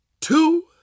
two